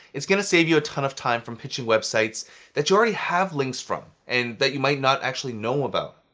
it's gonna save you a ton of time from pitching websites that you already have links from and that you might not actually know about.